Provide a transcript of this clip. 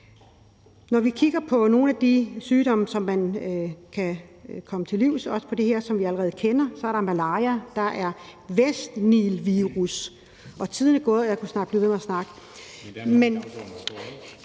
Når vi kigger på nogle af de sygdomme, man kan komme til livs, så er der ud over dem på det her